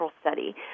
study